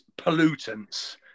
pollutants